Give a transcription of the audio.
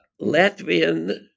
Latvian